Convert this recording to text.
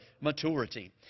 Maturity